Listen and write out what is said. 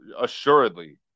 assuredly